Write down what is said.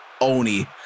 oni